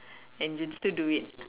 and you'd still do it